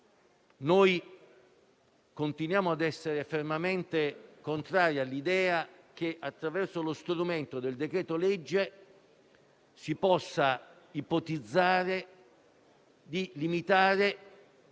Noi continuiamo a essere fermamente contrari all'idea che, attraverso lo strumento del decreto-legge, si possa ipotizzare di limitare